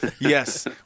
yes